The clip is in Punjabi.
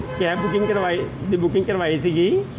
ਕੈਬ ਬੁਕਿੰਗ ਕਰਵਾਈ ਦੀ ਬੁਕਿੰਗ ਕਰਵਾਈ ਸੀਗੀ